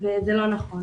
וזה לא נכון.